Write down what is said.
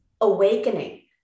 awakening